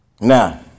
Now